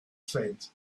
said